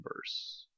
verse